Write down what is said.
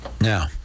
Now